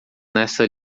nessa